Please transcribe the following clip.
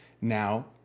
now